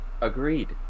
agreed